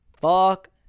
Fuck